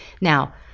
Now